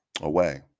Away